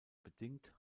bedingt